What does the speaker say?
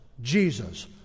Jesus